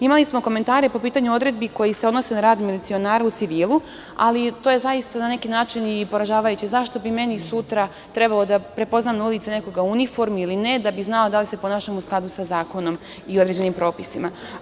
Imali smo komentare po pitanju odredbi koji se odnose na rad milicionara u civilu, ali to je, na neki način, poražavajuće, zašto bi meni sutra trebalo da prepoznam na ulici nekoga u uniformi ili ne da bi znala da li se ponašam u skladu sa zakonom i određenim propisima.